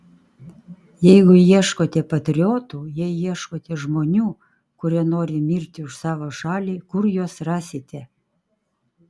jeigu ieškote patriotų jei ieškote žmonių kurie nori mirti už savo šalį kur juos rasite